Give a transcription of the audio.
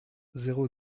zéro